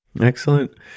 Excellent